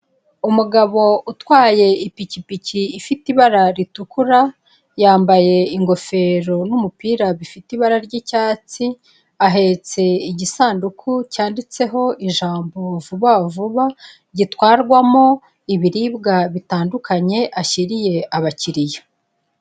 Umugabo utwaye ipikipiki ifite ibara ritukura. yambaye ingofero n'umupira bifite ibara ry'icyatsi, ahetse igisanduku cyanditseho ijambo vuba vuba gitwarwamo ibiribwa bitandukanye ashyiriye abakiriya.